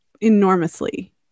enormously